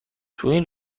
تواین